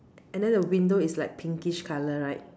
and then the window is like pinkish color right